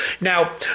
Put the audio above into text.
Now